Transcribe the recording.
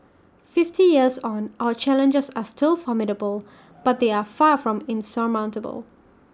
fifty years on our challenges are still formidable but they are far from insurmountable